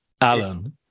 Alan